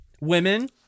women